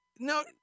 No